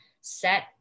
set